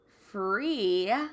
free